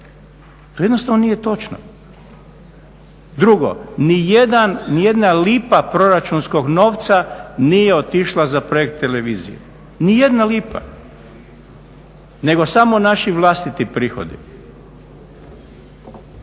To jednostavno nije točno. Drugo, ni jedna lipa proračunskog novca nije otišla za projekt televizije, ni jedna lipa nego samo naši vlastiti prihodi.